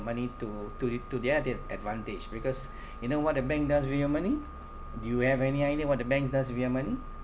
money to to it to their de~ advantage because you know what the bank does with your money do you have any idea what the banks does with your money